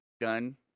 gun